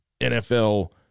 NFL